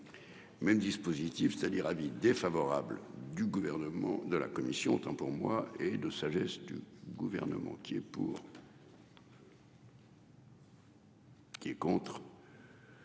Même dispositif c'est-à-dire avis défavorable du gouvernement de la commission, autant pour moi et de sagesse du gouvernement qui est pour. Qui est contre.